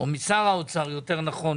משר האוצר יותר נכון,